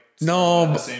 no